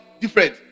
different